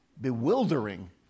bewildering